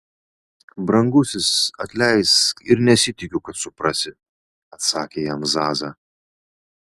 brangusis atleisk ir nesitikiu kad suprasi atsakė jam zaza